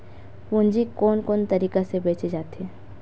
पूंजी कोन कोन तरीका ले भेजे जाथे?